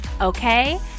Okay